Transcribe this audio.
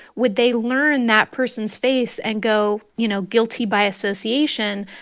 would they learn that person's face and go, you know, guilty by association.